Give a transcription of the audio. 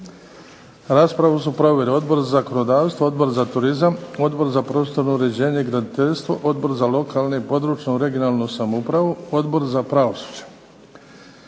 Raspravu su proveli Odbor za zakonodavstvo, Odbor za turizam, Odbor za prostorno uređenje i graditeljstvo, Odbor za lokalnu i područnu (regionalnu) samoupravu, Odbor za pravosuđe.